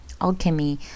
alchemy